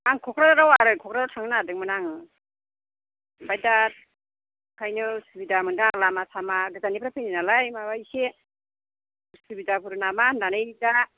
आं क'क्राझाराव आरो क'क्राझाराव थांनो नागिरदोंमोन आं ओमफ्राय दा ओंखायनो उसुबिदा मोनदां लामा सामा गोजाननिफ्राय फैनाय नालाय माबा एसे उसुबिदाफोर नामा होनानै दा